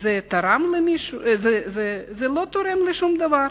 זה לא תורם לשום דבר.